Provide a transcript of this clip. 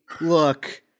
look